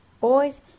Boys